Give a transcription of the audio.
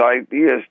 ideas